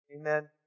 Amen